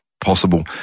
possible